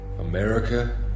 America